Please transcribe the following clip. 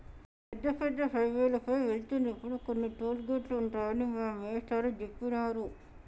పెద్ద పెద్ద హైవేల పైన వెళ్తున్నప్పుడు కొన్ని టోలు గేటులుంటాయని మా మేష్టారు జెప్పినారు